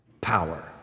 power